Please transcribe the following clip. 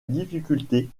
difficulté